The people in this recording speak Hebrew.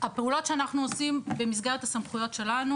הפעולות שאנחנו עושים במסגרת הסמכויות שלנו